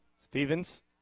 Stevens